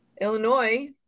Illinois